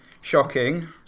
shocking